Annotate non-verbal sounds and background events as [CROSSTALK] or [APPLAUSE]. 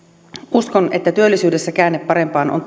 uskon että työllisyydessä käänne parempaan on [UNINTELLIGIBLE]